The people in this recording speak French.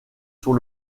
sur